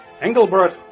Engelbert